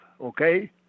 okay